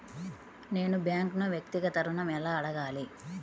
నేను బ్యాంక్ను వ్యక్తిగత ఋణం ఎలా అడగాలి?